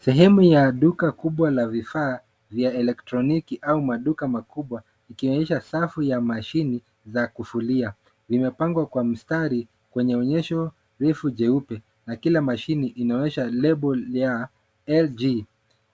Sehemu ya duka kubwa la vifaa vya elektroniki au maduka makubwa ikionyesha safu ya mashini za kufulia. Vimepangwa kwa mstari kwenye onyesho refu jeupe na kila mashini inaonyesha label ya LG.